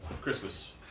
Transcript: Christmas